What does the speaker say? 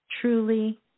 Truly